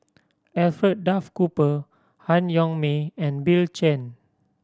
Alfred Duff Cooper Han Yong May and Bill Chen